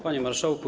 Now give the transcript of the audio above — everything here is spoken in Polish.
Panie Marszałku!